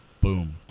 Boom